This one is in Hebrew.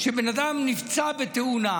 שבן אדם נפצע בתאונה,